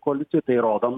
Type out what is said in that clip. koalicijoj tai rodom